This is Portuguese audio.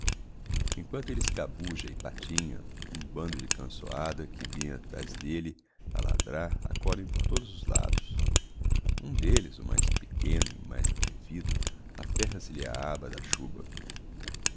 neve emquanto elle escabuja e patinha um bando de canzoada que vinham atrás d'elle a ladrar accodem por todos os lados um d'elles o mais pequeno e mais atrevido aferra se lhe á aba da chuba